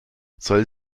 soll